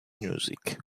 music